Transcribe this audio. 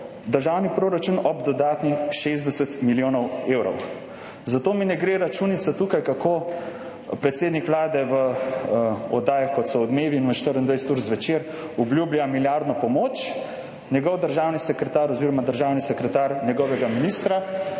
državni proračun ob dodatnih 60 milijonov evrov. Zato mi tukaj ne gre računica, kako predsednik Vlade v oddajah, kot so Odmevi in 24UR zvečer, obljublja milijardno pomoč, njegov državni sekretar oziroma državni sekretar njegovega ministra